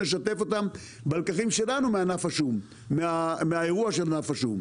נשתף אותם בלקחים שלנו מהאירוע של ענף השום,